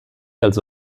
also